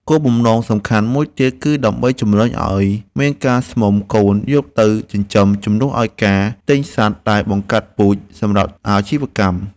គោលបំណងសំខាន់មួយទៀតគឺដើម្បីជម្រុញឱ្យមានការស្មុំកូនសត្វយកទៅចិញ្ចឹមជំនួសឱ្យការទិញសត្វដែលបង្កាត់ពូជសម្រាប់អាជីវកម្ម។